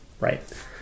right